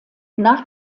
nach